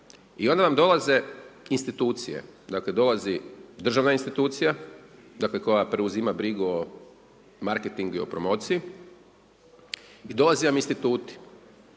i onda vam dolaze institucije. Dakle dolazi državna institucija koja preuzima brigu o marketingu i promociji i dolaze vam instituti.